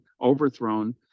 overthrown